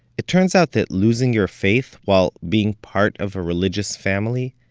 it turns out that losing your faith, while being part of a religious family,